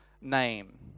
name